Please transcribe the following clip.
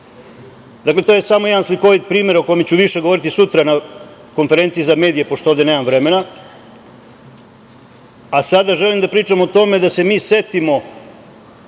Dakle, to je samo jedan slikovit primer o kome ću više govoriti sutra na konferenciji za medije, pošto ovde nemam vremena. Sada želim da pričam o tome da se mi setimo,